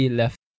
left